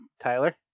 Tyler